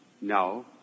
No